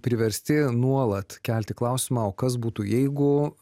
priversti nuolat kelti klausimą o kas būtų jeigu